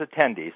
attendees